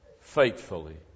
Faithfully